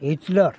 Hitler